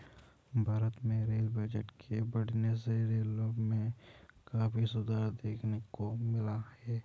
भारत में rail budget के बढ़ने से रेलों में काफी सुधार देखने को मिला है